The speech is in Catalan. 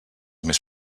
més